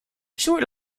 short